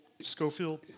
Schofield